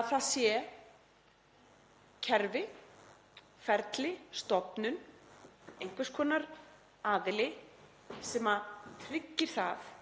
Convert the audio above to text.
er að sé kerfi, ferli, stofnun, einhvers konar aðili sem tryggir að